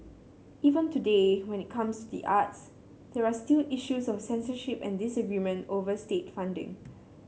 even today when it comes to the arts there are still issues of censorship and disagreement over state funding